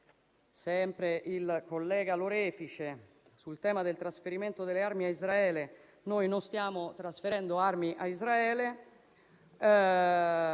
Sempre il collega Lorefice è intervenuto sul tema del trasferimento delle armi a Israele: noi non stiamo trasferendo armi a Israele.